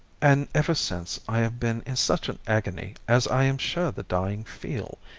and ever since i have been in such an agony as i am sure the dying feel,